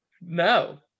no